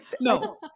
no